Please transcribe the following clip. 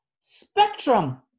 spectrum